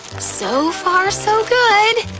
so far, so good.